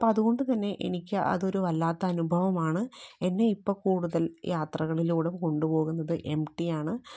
അപ്പം അതുകൊണ്ടുതന്നെ എനിക്ക് അതൊരു വല്ലാത്ത അനുഭവമാണ് എന്നെ ഇപ്പംകൂടുതൽ യാത്രകളിലൂടെ കൊണ്ടുപോകുന്നത് എം ടിയാണ്